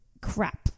crap